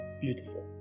Beautiful